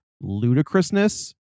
ludicrousness